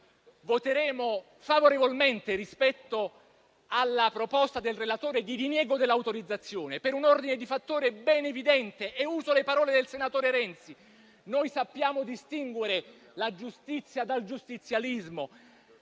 voteremo a favore della proposta del relatore di diniego dell'autorizzazione per un ordine di fattori ben evidente, e uso le parole del senatore Renzi: noi sappiamo distinguere la giustizia dal giustizialismo,